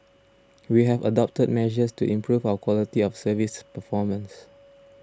we have adopted measures to improve our quality of service performance